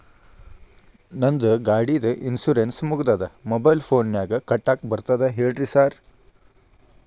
ನಂದ್ ಗಾಡಿದು ಇನ್ಶೂರೆನ್ಸ್ ಮುಗಿದದ ಮೊಬೈಲ್ ಫೋನಿನಾಗ್ ಕಟ್ಟಾಕ್ ಬರ್ತದ ಹೇಳ್ರಿ ಸಾರ್?